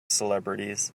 celebrities